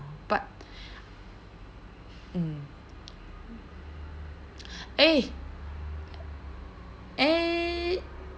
but mm eh eh